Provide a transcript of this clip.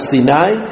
Sinai